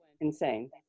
insane